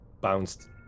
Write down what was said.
bounced